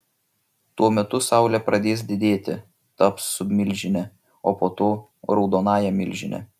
tuo metu saulė pradės didėti taps submilžine o po to raudonąja milžine